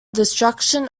destruction